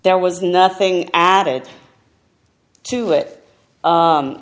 there was nothing added to it